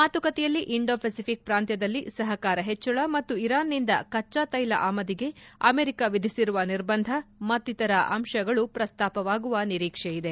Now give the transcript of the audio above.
ಮಾತುಕತೆಯಲ್ಲಿ Indo Pacific ಪ್ರಾಂತ್ಯದಲ್ಲಿ ಸಹಕಾರ ಹೆಚ್ಚಳ ಮತ್ತು ಇರಾನ್ನಿಂದ ಕಚ್ಚಾತೈಲ ಆಮದಿಗೆ ಅಮೆರಿಕ ವಿಧಿಸಿರುವ ನಿರ್ಬಂಧ ಮತ್ತಿತರ ಅಂಶಗಳು ಪ್ರಸ್ತಾಪವಾಗುವ ನಿರೀಕ್ಷೆ ಇದೆ